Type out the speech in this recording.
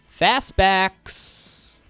Fastbacks